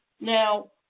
Now